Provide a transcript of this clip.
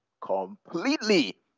completely